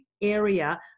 area